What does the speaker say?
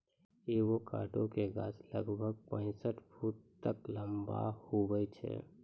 avocado के गाछ लगभग पैंसठ फुट तक लंबा हुवै छै